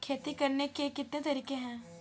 खेती करने के कितने तरीके हैं?